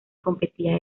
competía